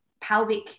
pelvic